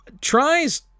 Tries